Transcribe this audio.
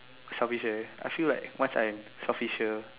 selfish eh I feel like once I selfish here